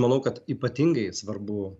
manau kad ypatingai svarbu